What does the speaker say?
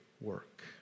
work